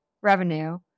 revenue